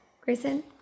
Grayson